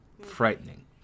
Frightening